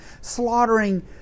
slaughtering